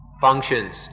functions